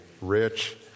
rich